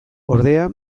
ordea